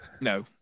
No